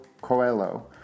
Coelho